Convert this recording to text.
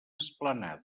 esplanada